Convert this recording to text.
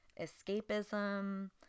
escapism